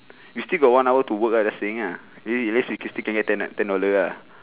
we still got one hour to work ah just saying ah at least at least we can still can get ten ah ten dollar ah